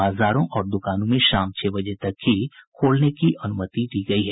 बाजारों और द्कानों को शाम छह बजे तक ही खोलने की अनुमति दी गयी है